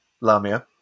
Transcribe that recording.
Lamia